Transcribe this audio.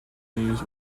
news